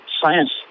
science